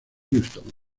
houston